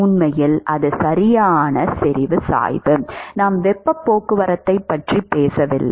உண்மையில் அது சரியான செறிவு சாய்வு நாம் வெப்பப் போக்குவரத்தைப் பற்றிப் பேசவில்லை